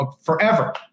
forever